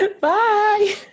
bye